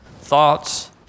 thoughts